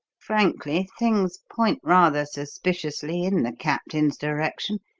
frankly, things point rather suspiciously in the captain's direction,